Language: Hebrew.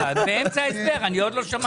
רגע, הם באמצע הסבר, אני עוד לא שמעתי.